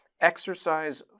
exercise